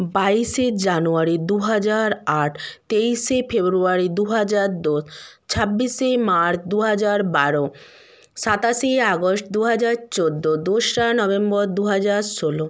বাইশে জানুয়ারি দুহাজার আট তেইশে ফেব্রুয়ারি দুহাজার দশ ছাব্বিশে মার্চ দুহাজার বারো সাতাশে আগস্ট দুহাজার চৌদ্দ দোসরা নভেম্বর দুহাজার ষোলো